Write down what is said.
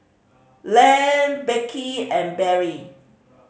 Lan Beckie and Berry